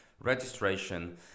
registration